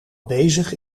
bezig